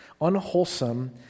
Unwholesome